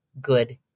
good